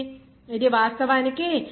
ఇది వాస్తవానికి 0